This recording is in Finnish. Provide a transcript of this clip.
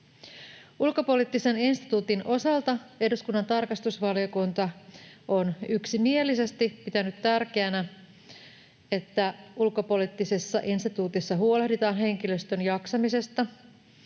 Ulkopoliittisen instituutin osalta eduskunnan tarkastusvaliokunta on yksimielisesti pitänyt tärkeänä, että Ulkopoliittisessa instituutissa huolehditaan henkilöstön jaksamisesta.